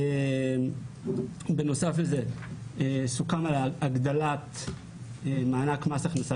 בנוסף לזה סוכם על הגדלת מענק מס הכנסה